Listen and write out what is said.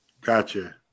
Gotcha